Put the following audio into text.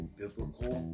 biblical